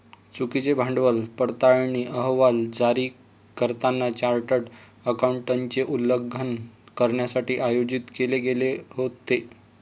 चुकीचे भांडवल पडताळणी अहवाल जारी करताना चार्टर्ड अकाउंटंटचे उल्लंघन करण्यासाठी आयोजित केले गेले होते